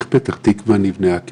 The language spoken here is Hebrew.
איך פתח תקווה נבנתה?